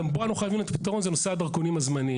שגם בו אנחנו חייבים לתת פתרון זה נושא הדרכונים הזמניים,